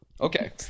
Okay